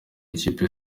ikipe